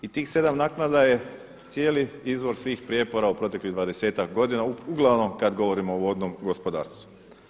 I tih 7 naknada je cijeli izvor svih prijepora u proteklih 20-tak godina uglavnom kad govorimo o vodnom gospodarstvu.